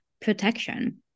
protection